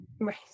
Right